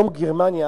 היום גרמניה,